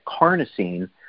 carnosine